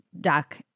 doc